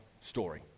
story